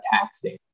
taxing